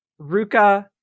Ruka